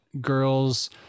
girls